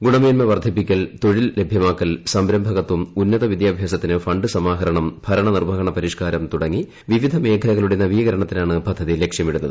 ഗുണമേന്മ വർദ്ധിപ്പിക്കൽ തൊഴിൽ ലഭ്യമാക്കൽ സംരംഭകത്വം ഉന്നത വിദ്യാഭ്യാസത്തിന് ഫണ്ട് സമാഹരണം ഭരണനിർവ്വഹണ പരിഷ്ക്കാരം തൂട്ടങ്ങി വിവിധ മേഖലകളുടെ നവീകരണത്തിനാണ് പദ്ധതി ലക്ഷ്യമിടുന്നത്